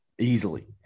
easily